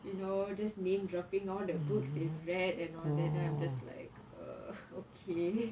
you know just name dropping all the books they've read and all that then I'm just like ah okay